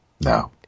No